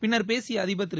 பின்னர் பேசிய அதிபர் திரு